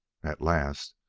at last,